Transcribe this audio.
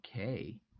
Okay